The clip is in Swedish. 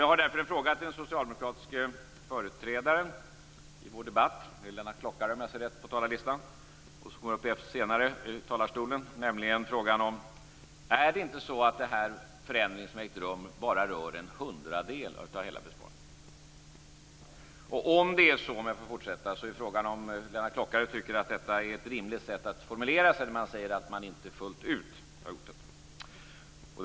Jag har därför en fråga till den socialdemokratiske företrädaren i vår debatt, Lennart Klockare, som senare går upp i talarstolen: Är det inte så att den förändring som ägt rum bara rör en hundradel av hela besparingen? Om det är så, är frågan om Lennart Klockare tycker att detta är ett rimligt sätt att formulera sig när man säger att man inte "fullt ut" har gjort detta.